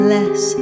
Less